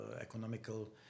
economical